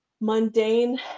mundane